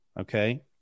Okay